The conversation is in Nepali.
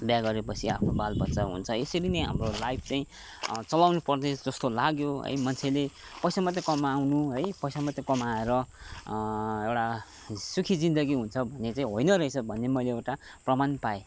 बिहा गरेपछि आफ्नो बाल बच्चा हुन्छ यसरी नै अब लाइफ चाहिँ चलाउनु पर्ने जस्तो लाग्यो है मन्छेले पैसा मात्रै कमाउनु है पैसा मात्रै कमाएर एउटा सुखी जिन्दगी हुन्छ भन्ने चाहिँ होइन रहेछ भन्ने मैले एउटा प्रमाण पाएँ